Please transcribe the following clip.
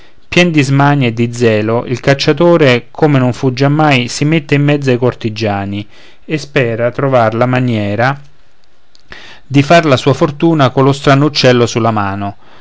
di smania e di zelo il cacciatore come non fu giammai si mette in mezzo ai cortigiani e spera trovar la maniera di far la sua fortuna collo strano uccello sulla mano